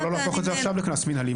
לא להפוך את זה עכשיו לקנס מינהלי?